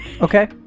Okay